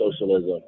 socialism